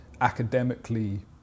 academically